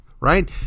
right